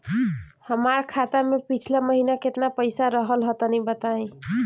हमार खाता मे पिछला महीना केतना पईसा रहल ह तनि बताईं?